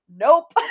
nope